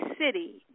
city